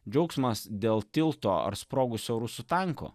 džiaugsmas dėl tilto ar sprogusio rusų tanko